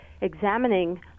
examining